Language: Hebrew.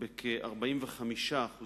ובכ-45%